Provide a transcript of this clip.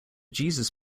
jesus